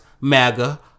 MAGA